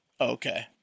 Okay